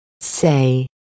say